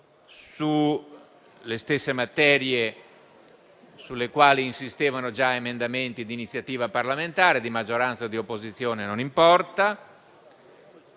sulle stesse materie sulle quali insistevano già emendamenti di iniziativa parlamentare, non importa se di maggioranza o di opposizione. Credo